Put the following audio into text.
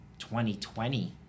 2020